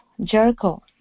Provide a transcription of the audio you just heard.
Jericho